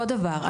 אותו דבר.